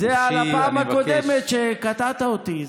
זה על הפעם הקודמת שקטעת אותי,